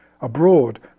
abroad